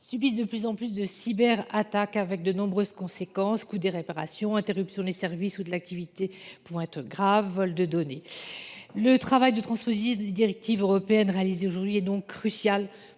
subissent de plus en plus de cyberattaques qui emportent de nombreuses conséquences : coût des réparations, interruption des services ou de l’activité pouvant avoir des conséquences graves, vol de données. Le travail de transposition des directives européennes réalisé aujourd’hui est donc crucial